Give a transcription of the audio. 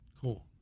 Cool